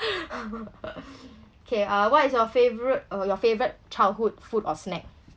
okay uh what is your favour~ your favourite childhood food or snack